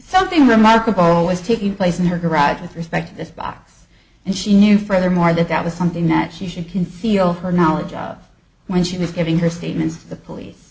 something remarkable was taking place in her garage with respect to this box and she knew furthermore that that was something that she should conceal her knowledge of when she was giving her statements to the police